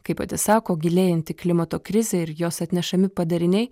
kaip pati sako gilėjanti klimato krizė ir jos atnešami padariniai